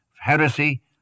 heresy